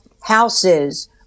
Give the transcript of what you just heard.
houses